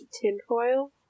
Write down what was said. Tinfoil